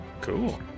Cool